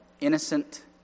innocent